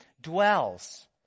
dwells